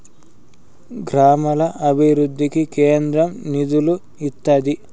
గ్రామాల అభివృద్ధికి కేంద్రం నిధులు ఇత్తాది